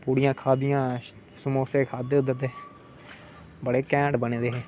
पूड़ियां खाद्धियां समोसे खाद्धे उद्धर दे बडे़ घैंट बने दे हे